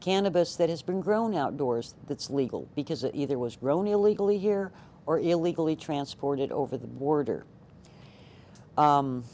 cannabis that has been grown outdoors that's legal because it either was grown illegally here or illegally transported over the border